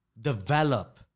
develop